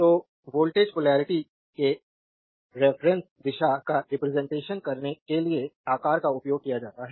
तो voltage polarity के reference दिशा का रिप्रजेंटेशन करने के लिए आकार का उपयोग किया जाता है